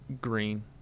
green